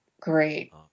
great